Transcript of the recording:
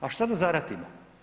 A šta da zaratimo?